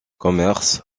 commerces